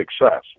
success